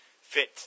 fit